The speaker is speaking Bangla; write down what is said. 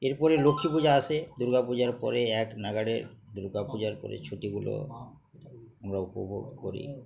এরপরে লক্ষ্মী পূজা আসে দুর্গা পূজার পরে এক নাগারের দুর্গা পূজার পরে ছুটিগুলো আমরা উপভোগ করি